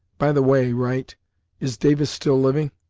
by the way, wright is davis still living?